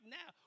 now